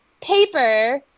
paper